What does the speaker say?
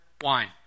wine